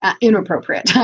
inappropriate